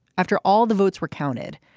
after all the votes were counted.